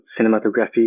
cinematography